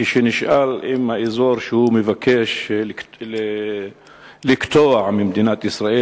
כשנשאל אם האזור שהוא מבקש לקטוע ממדינת ישראל